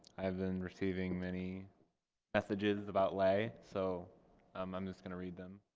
i've been receiving many messages about lei, so um i'm just gonna read them.